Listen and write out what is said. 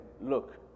look